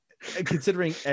Considering